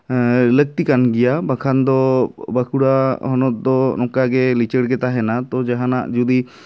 ᱦᱮᱸ ᱞᱟᱹᱠᱛᱤ ᱠᱟᱱ ᱜᱮᱭᱟ ᱵᱟᱠᱷᱟᱱ ᱫᱚ ᱵᱟᱠᱩᱲᱟ ᱦᱚᱱᱚᱛ ᱫᱚ ᱱᱚᱝᱠᱟᱜᱮ ᱞᱤᱪᱟᱹᱲ ᱜᱮ ᱛᱟᱦᱮᱱᱟ ᱛᱚ ᱡᱟᱦᱟᱱᱟᱜ ᱡᱚᱫᱤ